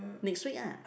next week ah